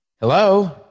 Hello